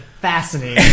Fascinating